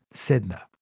sedna,